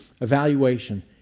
evaluation